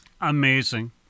Amazing